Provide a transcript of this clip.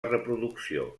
reproducció